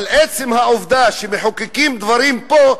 אבל עצם העובדה שמחוקקים דברים פה,